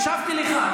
הקשבתי לך,